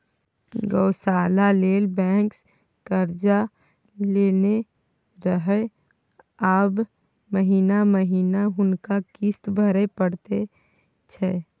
गौशाला लेल बैंकसँ कर्जा लेने रहय आब महिना महिना हुनका किस्त भरय परैत छै